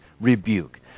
rebuke